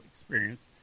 experience